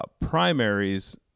primaries